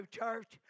church